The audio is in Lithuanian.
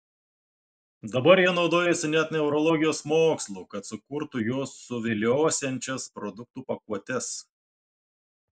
dabar jie naudojasi net neurologijos mokslu kad sukurtų jus suviliosiančias produktų pakuotes